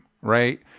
right